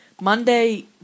Monday